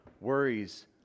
worries